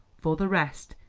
for the rest,